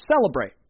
celebrate